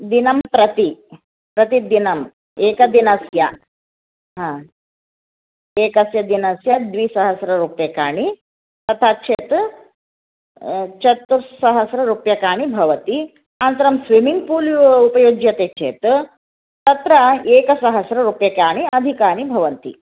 दिनं प्रति प्रतिदिनम् एकदिनस्य ह एकस्य दिनस्य द्विसहस्ररूप्यकाणि तथा चेत् चतुस्सहस्ररूप्यकाणि भवन्ति अनन्तरं स्विमिङ्ग् पूल् उपयुज्यते चेत् तत्र एकसहस्ररूप्यकाणि अधिकानि भवन्ति